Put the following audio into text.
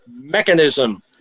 mechanism